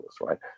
right